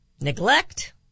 neglect